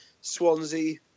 Swansea